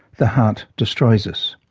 the heart destroys us.